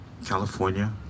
California